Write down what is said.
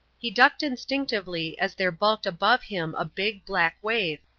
he ducked instinctively as there bulked above him a big, black wave,